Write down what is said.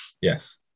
yes